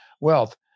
wealth